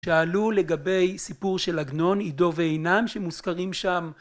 שאלו לגבי סיפור של עגנון עידו ועינם שמוזכרים שם